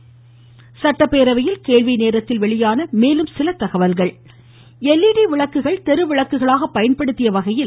வேலுமணி கேள்வி நேரத்தில் வெளியான மேலும் சில தகவல்கள் விளக்குகள் தெருவிளக்குகளாக பயன்படுத்திய வகையில் எல்